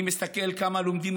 אני מסתכל כמה לומדים